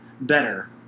better